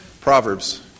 Proverbs